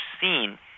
seen